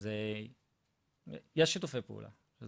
יש שיתופי פעולה.